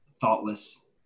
thoughtless